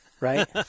Right